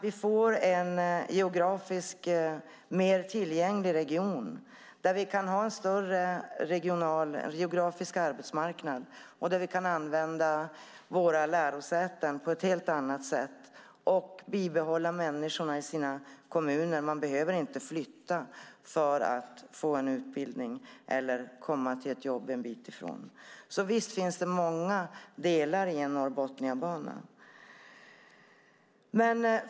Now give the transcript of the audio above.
Vi får en geografiskt mer tillgänglig region där vi kan ha en geografisk arbetsmarknad och där vi kan använda våra lärosäten på ett helt annat sätt och behålla människorna i kommunerna - man behöver inte flytta för att få en utbildning eller komma till ett jobb en bit ifrån. Visst finns det många delar i Norrbotniabanan.